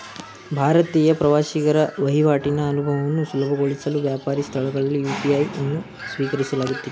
ಭಾರತೀಯ ಪ್ರವಾಸಿಗರ ವಹಿವಾಟಿನ ಅನುಭವವನ್ನು ಸುಲಭಗೊಳಿಸಲು ವ್ಯಾಪಾರಿ ಸ್ಥಳಗಳಲ್ಲಿ ಯು.ಪಿ.ಐ ಅನ್ನು ಸ್ವೀಕರಿಸಲಾಗುತ್ತಿತ್ತು